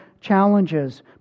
challenges